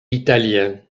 italien